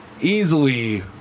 Easily